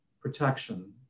protection